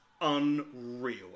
unreal